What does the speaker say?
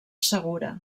segura